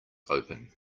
open